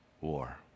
war